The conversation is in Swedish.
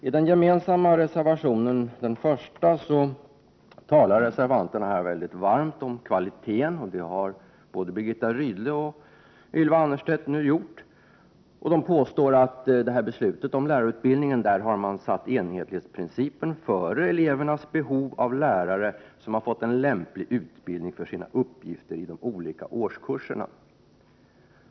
I den första gemensamma reservationen talar reservanterna varmt om kvalitet, och det har både Birgitta Rydle och Ylva Annerstedt gjort nu. De påstår att man i beslutet om lärarutbildningen har satt enhetlighetsprincipen före elevernas behov av lärare som har fått en lämplig utbildning för sina uppgifter i de olika årskurserna.